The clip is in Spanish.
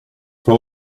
fue